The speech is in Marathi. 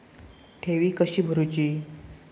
ठेवी कशी भरूची?